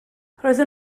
roedden